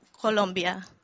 Colombia